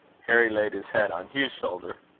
harry laid his head on hugh's shoulder.